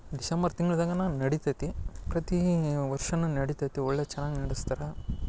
December ತಿಂಗ್ಳ್ದಾಗ ನಡಿತೈತಿ ಪ್ರತಿ ವರ್ಷವೂ ನಡಿತೈತಿ ಒಳ್ಳೆಯ ಚೆನ್ನಾಗಿ ನಡಿಸ್ತಾರ